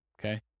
okay